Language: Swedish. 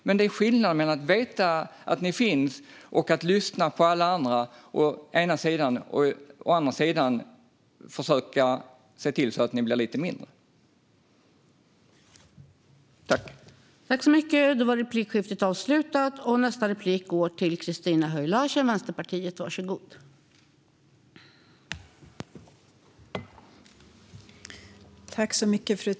Men det är skillnad mellan att veta att ni finns och lyssna på alla andra, å ena sidan, och att försöka se till att ni blir lite mindre, å andra sidan.